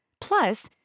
Plus